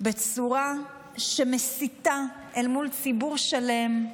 בצורה שמסיתה אל מול ציבור שלם,